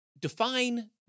define